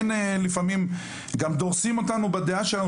כן יש לפעמים גם דורסים אותנו בדעה שלנו,